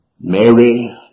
Mary